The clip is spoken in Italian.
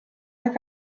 alla